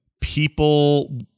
people